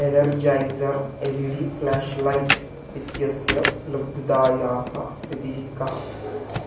Energizer L E D flashlight इत्यस्य उपलब्धतायाः स्थितिः का